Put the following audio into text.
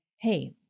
hey